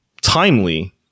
timely